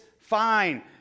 fine